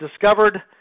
discovered